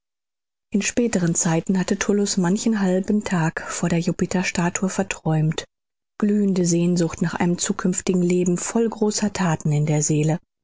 in späteren zeiten hatte tullus manchen halben tag vor der jupiterstatue verträumt glühende sehnsucht nach einem zukünftigen leben voll großer thaten in der seele